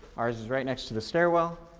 ours is right next to the stairwell.